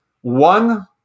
one